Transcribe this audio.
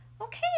okay